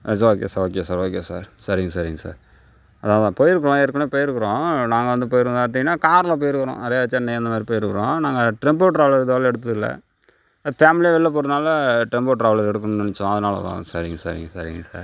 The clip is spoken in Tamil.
ஆ sir okay sir okay sir okay sir சரிங் சரிங்க சார் அதான் அதான் போய்ருக்கோம் ஏற்கனவே போய்ருக்குறோம் நாங்கள் வந்து பார்த்திங்கனா காரில் போய்ருக்குறோம் நிறைய சென்னை அந்த மாதிரி போய்ருக்குறோம் நாங்கள் டெம்போ டிராவலர் இது வரைலயும் எடுத்ததில்லை ஃபேம்லியாக வெளில போகிறதுனால டிராவலர் எடுக்கணுன் நெனைச்சோம் அதனால தான் சரிங்க சரிங்க சரிங்க சார்